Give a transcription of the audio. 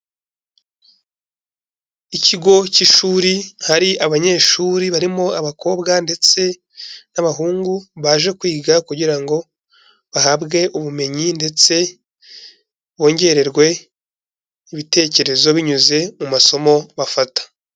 Ikigo cy'ishuri hari abanyeshuri barimo abakobwa ndetse n'abahungu, baje kwiga kugira ngo bahabwe ubumenyi ndetse bongererwe ibitekerezo binyuze mu masomo bafata.